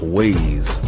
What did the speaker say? ways